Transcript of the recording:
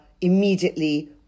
immediately